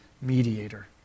mediator